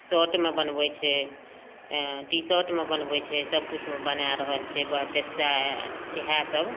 शर्टमे बनबै छै T shirt बनबै छै सब किछुमे बनाए रहल छै बड्ड सए इहए सब